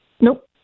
Nope